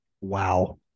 Wow